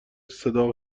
صدا